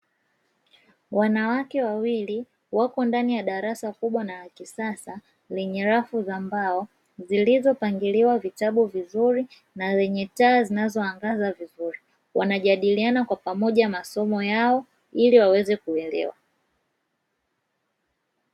Wanawake wawili wapo ndani ya darasa kubwa na la kisasa lenye rafu za mbao zilizopangiliwa vitabu vizuri na lenye taa zinazoangaza vizuri, wanajadiliana kwa pamoja masomo yao ili waweze kuelewa.